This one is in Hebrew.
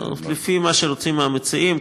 לפי מה שרוצים המציעים.